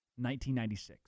1996